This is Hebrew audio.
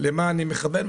למה אני מכוון.